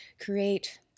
create